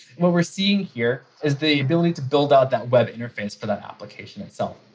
what we're seeing here is the ability to build out that web interface for that application itself.